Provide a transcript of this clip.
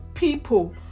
people